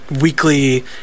weekly